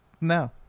No